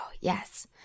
Yes